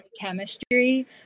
chemistry